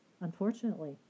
unfortunately